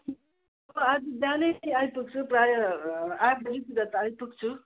आजु बिहानै आइपुग्छु प्रायः आठ बजीतिर त आइपुग्छु